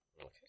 Okay